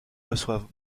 reçoivent